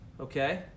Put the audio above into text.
Okay